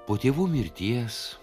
po tėvų mirties